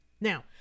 now